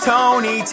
Tony